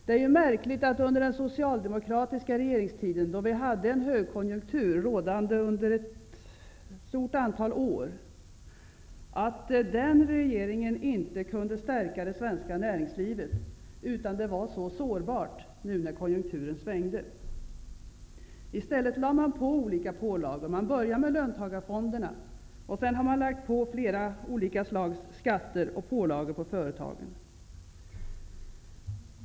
Det är märkligt att under den socialdemokratiska regeringstiden, då det rådde en högkonjunktur under flera år, kunde den regeringen inte stärka det svenska näringslivet, utan det var sårbart när konjunkturen svängde. I stället lade man på olika pålagor. Man började med löntagarfonderna. Sedan lade man på flera olika slags skatter och pålagor på företagen.